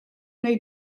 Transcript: wnei